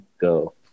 go